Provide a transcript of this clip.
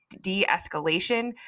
de-escalation